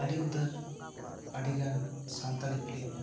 ᱟᱹᱰᱤ ᱩᱛᱟᱹᱨ ᱟᱹᱰᱤ ᱜᱟᱱ ᱥᱟᱱᱛᱟᱲᱤ ᱯᱷᱤᱞᱤᱢ